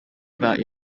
about